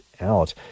out